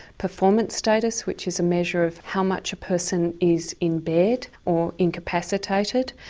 performance status which is a measure of how much a person is in bed or incapacitated,